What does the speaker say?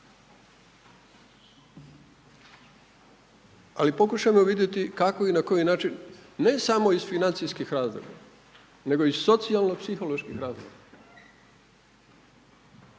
Ali pokušajmo vidjeti kako i na koji način ne samo iz financijskih razloga nego i socijalno-psiholoških razloga.